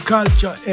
Culture